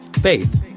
Faith